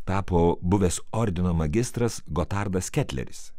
tapo buvęs ordino magistras godardas ketleris